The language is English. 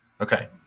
Okay